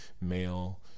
male